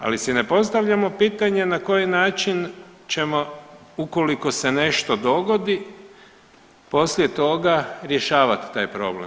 Ali si ne postavljamo pitanje na koji način ćemo ukoliko se nešto dogodi poslije toga rješavat taj problem.